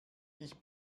ich